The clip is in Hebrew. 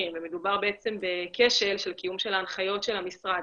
ומדובר בעצם בכשל של קיום ההנחיות של המשרד.